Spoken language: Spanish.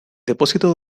depósito